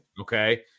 okay